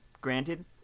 Granted